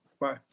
Bye